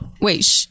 wait